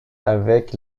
avec